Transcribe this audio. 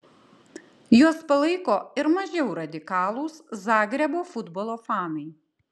juos palaiko ir mažiau radikalūs zagrebo futbolo fanai